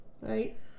Right